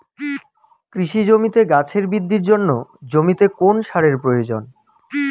কৃষি জমিতে গাছের বৃদ্ধির জন্য জমিতে কোন সারের প্রয়োজন?